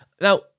Now